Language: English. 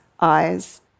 eyes